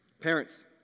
Parents